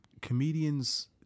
comedians